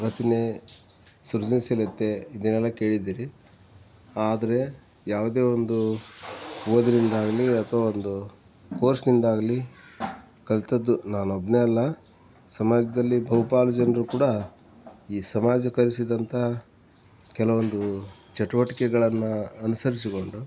ರಚನೆ ಸೃಜನ್ಶೀಲತೆ ಇದನ್ನೆಲ್ಲ ಕೇಳಿದ್ದೀರಿ ಆದರೆ ಯಾವುದೇ ಒಂದು ಓದಿನಿಂದಾಗಲಿ ಅಥವಾ ಒಂದು ಕೋರ್ಸ್ನಿಂದಾಗಲಿ ಕಲ್ತಿದ್ದು ನಾನೊಬ್ಬನೇ ಅಲ್ಲ ಸಮಾಜದಲ್ಲಿ ಬಹುಪಾಲು ಜನರು ಕೂಡ ಈ ಸಮಾಜ ಕಲಿಸಿದಂಥ ಕೆಲವೊಂದು ಚಟುವಟಿಕೆಗಳನ್ನ ಅನುಸರ್ಸಿಕೊಂಡು